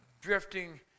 drifting